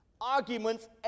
Arguments